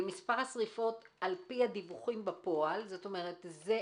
מספר השריפות לפי הדיווחים בפועל - אלה